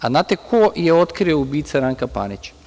A, znate li ko je otkrio ubice Ranka Panića?